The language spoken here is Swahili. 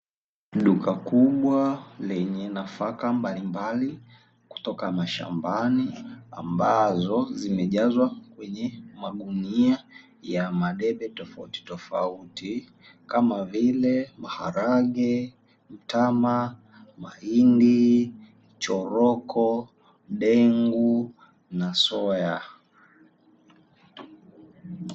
Duka kubwa lenye nafaka mbalimbali kutoka mashambani ambazo zimejazwa kwenye magunia ya madebe tofautitofauti, kama vile: maharage, mtama, mahindi, choroko, dengu na soya.